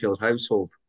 household